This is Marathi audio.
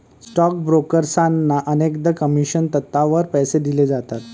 स्टॉक ब्रोकर्सना अनेकदा कमिशन तत्त्वावर पैसे दिले जातात